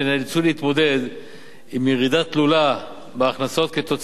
שנאלצו להתמודד עם ירידה תלולה בהכנסות עקב